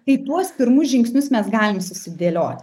tai tuos pirmus žingsnius mes galim susidėlioti